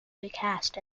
recast